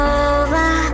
over